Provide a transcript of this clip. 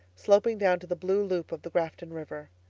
sloping down to the blue loop of the grafton river.